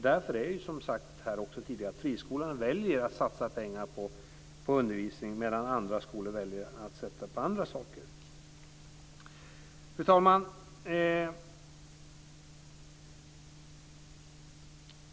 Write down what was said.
Därför är det som tidigare sagts också så att friskolorna väljer att satsa pengarna på undervisning medan andra skolor väljer att satsa på andra saker. Fru talman!